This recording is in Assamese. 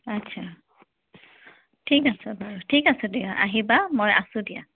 আচ্ছা ঠিক আছে বাৰু ঠিক আছে দিয়া আহিবা মই আছোঁ দিয়া